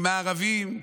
עם הערבים,